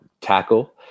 tackle